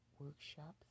workshops